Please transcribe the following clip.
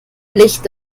licht